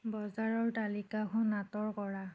বজাৰৰ তালিকাখন আঁতৰ কৰা